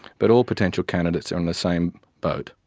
but all potential candidates are in the same boat.